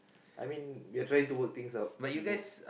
I mean we are trying to work things out both